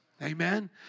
Amen